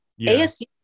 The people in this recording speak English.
asu